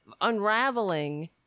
unraveling